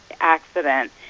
accident